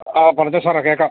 ആ പറഞ്ഞോ സാറേ കേൾക്കാം